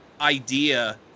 idea